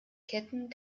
ketten